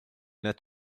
n’êtes